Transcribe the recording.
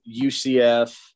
UCF